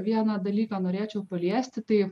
vieną dalyką norėčiau paliesti tai